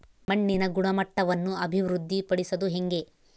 ಮಣ್ಣಿನ ಗುಣಮಟ್ಟವನ್ನು ಅಭಿವೃದ್ಧಿ ಪಡಿಸದು ಹೆಂಗೆ?